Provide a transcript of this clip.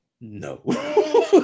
No